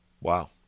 Wow